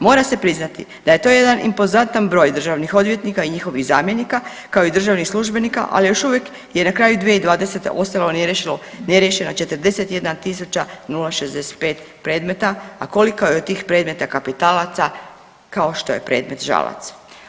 Mora se priznati da je to jedan impozantan broj državnih odvjetnika i njihovih zamjenika kao i državnih službenika, ali još uvijek je na kraju 2020. ostalo neriješeno, neriješena 41.065 predmeta, a koliko je od tih predmeta kapitalaca kao što je predmet Žalac.